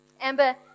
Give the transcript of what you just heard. Amber